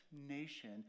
nation